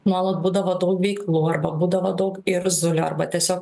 nuolat būdavo daug veiklų arba būdavo daug irzulio arba tiesiog